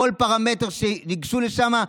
בכל פרמטר שניגשו לשם,